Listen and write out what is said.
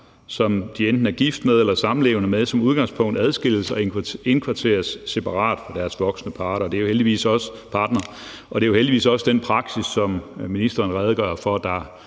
som de enten er gift med eller samlevende med, som udgangspunkt adskilles og indkvarteres separat fra deres voksne partner. Og det er jo heldigvis også den praksis, som ministeren redegjorde for er